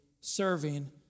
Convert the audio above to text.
serving